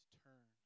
turn